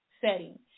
setting